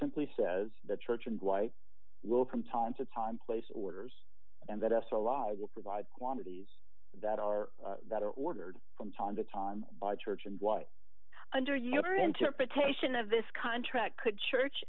simply says the church and dwight will from time to time place orders and that s l i will provide quantities that are that are ordered from time to time by church and why under your interpretation of this contract could church